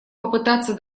попытаться